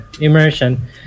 Immersion